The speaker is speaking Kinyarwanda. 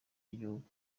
y’igihugu